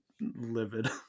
livid